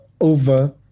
over